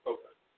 Okay